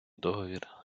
договір